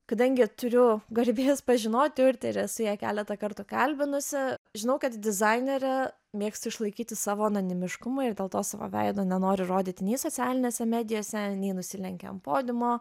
kadangi turiu garbės pažinoti urtę ir esu ją keletą kartų kalbinusi žinau kad dizainerė mėgsta išlaikyti savo anonimiškumą ir dėl to savo veido nenori rodyti nei socialinėse medijose nei nusilenkia ant podiumo